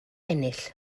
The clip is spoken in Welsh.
ennill